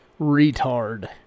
retard